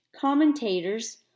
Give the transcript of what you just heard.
commentators